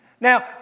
Now